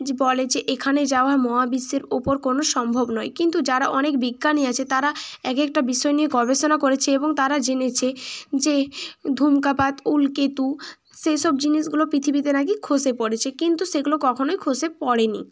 যে বলে যে এখানে যাওয়া মহাবিশ্বের ওপর কোনো সম্ভব নয় কিন্তু যারা অনেক বিজ্ঞানী আছে তারা একেকটা বিষয় নিয়ে গবেষণা করেছে এবং তারা জেনেছে যে ধুমকাপাত উল্কেতু সেই সব জিনিসগুলো পৃথিবীতে নাকি খসে পড়েছে কিন্তু সেগুলো কখনোই খসে পড়েনি